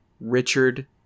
Richard